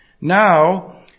now